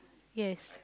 yes